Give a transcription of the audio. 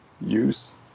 use